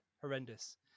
Horrendous